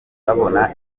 babona